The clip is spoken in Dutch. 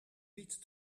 wiet